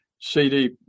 CD